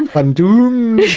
i'm doomed.